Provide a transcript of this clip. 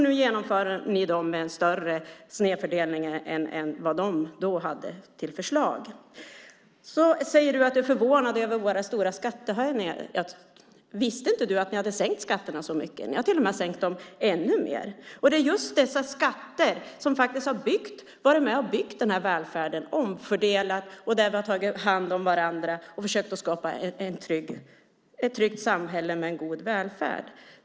Nu genomför ni dem med en större snedfördelning än vad deras förslag hade inneburit. Du säger att du är förvånad över de stora skattehöjningarna. Visste du inte att ni har sänkt skatterna så mycket? Ni har till och med sänkt dem ännu mer. Det är just dessa skatter som har varit med och byggt vår välfärd, omfördelat och gjort att vi har kunnat ta hand om varandra och skapa ett tryggt samhälle med en god välfärd.